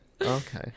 Okay